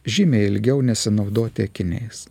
žymiai ilgiau nesinaudoti akiniais